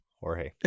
Jorge